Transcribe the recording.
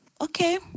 okay